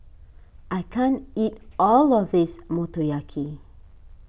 I can't eat all of this Motoyaki